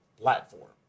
platform